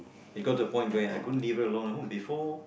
it got to a point where I couldn't leave her alone at home before